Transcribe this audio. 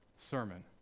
sermon